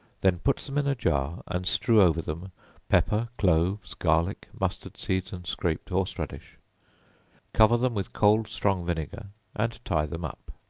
then put them in a jar and strew over them pepper, cloves, garlic, mustard seed and scraped horse-radish cover them with cold strong vinegar and tie them up.